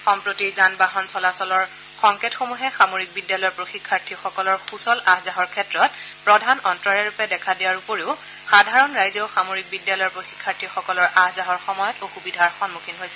সম্প্ৰতি যান বাহন চলাচলৰ সংকেত সমূহে সামৰিক বিদ্যালয়ৰ প্ৰশিক্ষাৰ্থীসকলৰ সূচল আহ যাহৰ ক্ষেত্ৰত প্ৰধান অন্তৰায় ৰূপে দেখা দিয়াৰ উপৰিও সাধাৰণ ৰাইজেও সামৰিক বিদ্যালয়ৰ প্ৰশিক্ষাৰ্থিসকলৰ আহ যাহৰ সময়ত অসুবিধাৰ সন্মুখীন হৈছিল